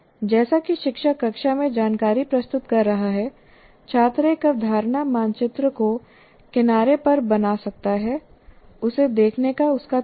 जैसा कि शिक्षक कक्षा में जानकारी प्रस्तुत कर रहा है छात्र एक अवधारणा मानचित्र को किनारे पर बना सकता है उसे देखने का उसका तरीका